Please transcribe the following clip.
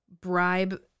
bribe